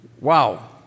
Wow